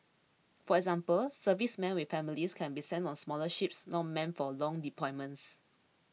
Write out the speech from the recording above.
for example servicemen with families can be sent on smaller ships not meant for long deployments